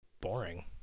boring